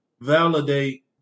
validate